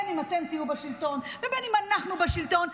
בין שאתם תהיו בשלטון ובין שאנחנו בשלטון,